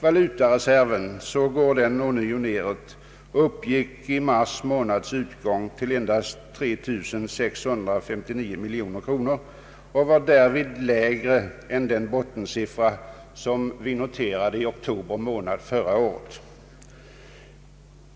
Valutareserven går ånyo nedåt och uppgick vid mars månads utgång till endast 3 659 miljoner kronor och var därvid lägre än den bottensiffra som noterades i oktober förra året.